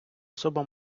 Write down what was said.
особа